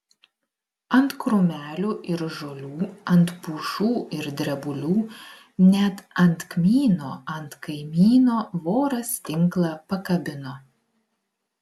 ant krūmelių ir žolių ant pušų ir drebulių net ant kmyno ant kaimyno voras tinklą pakabino